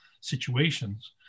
situations